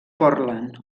portland